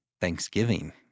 Thanksgiving